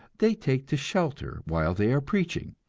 they take to shelter while they are preaching,